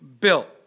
built